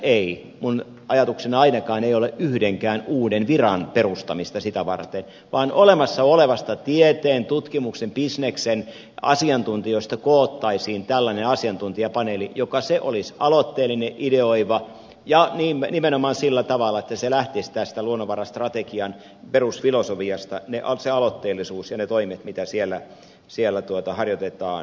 ei minun ajatuksenani ei ainakaan ole yhdenkään uuden viran perustaminen sitä varten vaan olemassa olevista tieteen tutkimuksen bisneksen asiantuntijoista koottaisiin tällainen asiantuntijapaneeli joka olisi aloitteellinen ideoiva ja nimenomaan sillä tavalla että lähtisivät tästä luonnonvarastrategian perusfilosofiasta se aloitteellisuus ja ne toimet mitä siellä harjoitetaan